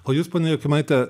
o jūs ponia jokimaite